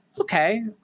okay